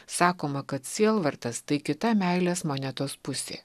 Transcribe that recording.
sakoma kad sielvartas tai kita meilės monetos pusė